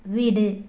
வீடு